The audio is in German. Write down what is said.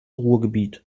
ruhrgebiet